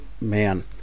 Man